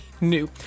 new